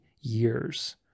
years